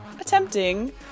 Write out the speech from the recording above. attempting